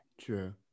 true